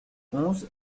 onze